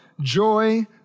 joy